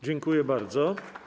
Dziękuję bardzo.